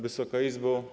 Wysoka Izbo!